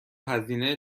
هزینه